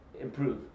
improve